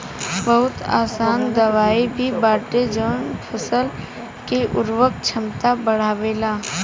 बहुत अईसन दवाई भी बाटे जवन फसल के उर्वरक क्षमता बढ़ावेला